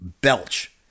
belch